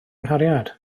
nghariad